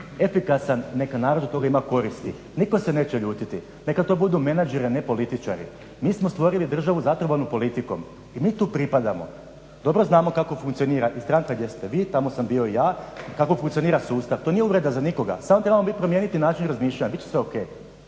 efikasan, neka narod od toga ima koristi. Nitko se neće ljutiti. Neka to budu menadžeri, a ne političari. Mi smo stvorili državu zatrovanu politikom i mi tu pripadamo, dobro znamo kako funkcionira, … ste vi, tamo sam bio i ja, kako funkcionira sustav. To nije uvreda za nikoga, samo trebamo mi promijeniti način razmišljanja, bit će sve ok.